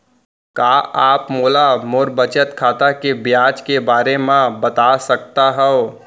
का आप मोला मोर बचत खाता के ब्याज के बारे म बता सकता हव?